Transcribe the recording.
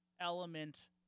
element